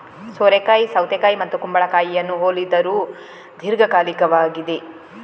ಸೋರೆಕಾಯಿ ಸೌತೆಕಾಯಿ ಮತ್ತು ಕುಂಬಳಕಾಯಿಯನ್ನು ಹೋಲಿದರೂ ದೀರ್ಘಕಾಲಿಕವಾಗಿದೆ